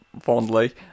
fondly